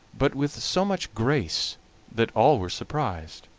but with so much grace that all were surprised.